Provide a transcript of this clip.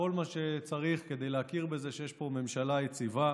כל מה שצריך כדי להכיר בזה שיש פה ממשלה יציבה.